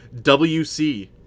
WC